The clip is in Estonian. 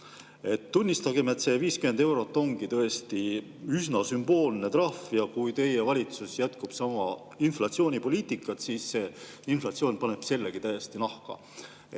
Tunnistagem, et 50 eurot ongi üsna sümboolne trahv. Kui teie valitsus jätkab sama inflatsioonipoliitikat, siis paneb inflatsioon sellegi täiesti nahka.